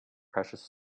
precious